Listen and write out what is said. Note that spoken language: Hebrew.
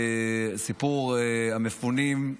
סיפור המפונים,